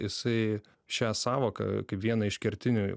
jisai šią sąvoką kaip vieną iš kertinių